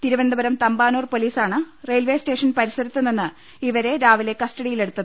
തിരുവനന്തപുരം തമ്പാനൂർ പൊലീസാണ് railway station പരിസരത്തു നിന്ന് ഇവരെ രാവിലെ കസ്റ്റ ഡിയിലെടുത്ത്